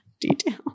detail